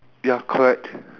ya correct